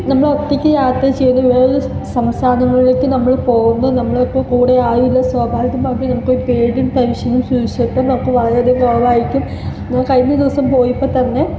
നമ്മള് ഒറ്റക്ക് യാത്ര ചെയ്ത് സംസ്ഥാനങ്ങളിലേക്ക് നമ്മള് പോകുമ്പോൾ നമ്മളെ ഇപ്പം കൂടെ ആരുമില്ല സ്വഭാവികമായും നമുക്കൊരു പേടിയും ടെന്ഷനും സുരക്ഷിതത്വം നമുക്ക് വളരെ അധികം കുറവായിരിക്കും ഞാന് കഴിഞ്ഞ ദിവസം പോയപ്പോൾ തന്നെ